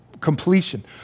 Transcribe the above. completion